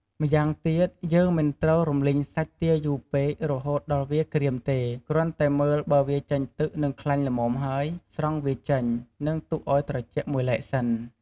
ម្យ៉ាងទៀត យើងមិនត្រូវរំលីងសាច់ទាយូរពេក រហូតដល់វាក្រៀមទេ គ្រាន់តែមើលបើវាចេញទឹក និងខ្លាញ់ល្មមហើយ ស្រង់វាចេញ និងទុកឱ្យត្រជាក់មួយឡែកសិន។